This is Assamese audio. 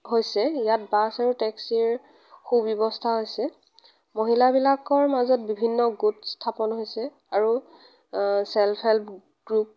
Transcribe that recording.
হৈছে ইয়াত বাছ আৰু টেক্সিৰ সুব্যৱস্থাও আছে মহিলাবিলাকৰ মাজত বিভিন্ন গোট স্থাপন হৈছে আৰু চেল্ফ হেল্ফ গ্ৰুপ